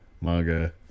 manga